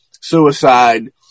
suicide